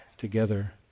together